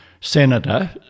senator